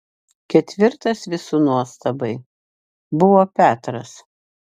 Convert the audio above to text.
ketvirtas visų nuostabai buvo petras